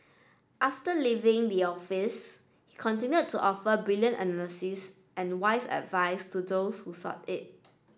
after leaving the office he continued to offer brilliant analysis and wise advice to those who sought it